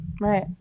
Right